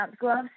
gloves